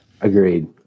Agreed